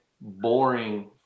boring